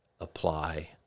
apply